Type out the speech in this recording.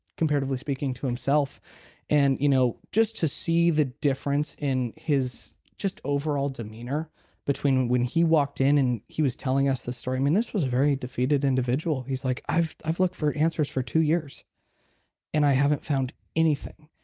comparatively speaking to himself and you know just to see the difference in just his overall demeanor between when he walked in and he was telling us this story. i mean this was a very defeated individual. he's like i've i've looked for answers for two years and i haven't found anything.